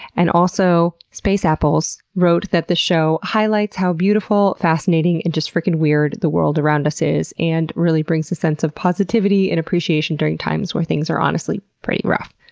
and also spaceapples wrote that the show, highlights how beautiful, fascinating, and just frickin' weird our world around us is and really brings a sense of positivity and appreciation during times where things are, honestly, pretty rough.